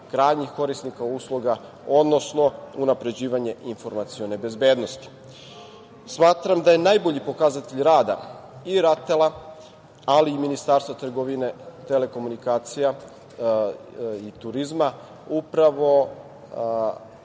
krajnjih korisnika usluga, odnosno unapređivanje informacione bezbednosti. Smatram da je najbolji pokazatelj rada i RATEL-a, ali i Ministarstva trgovine, telekomunikacije i turizma upravo